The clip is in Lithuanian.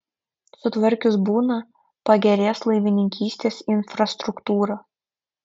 sutvarkius buną pagerės laivininkystės infrastruktūra